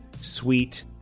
sweet